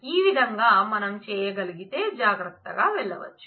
ఈ విధంగా మనం చేయగల్గితే జాగ్రత్తగా వెళ్లవచ్చు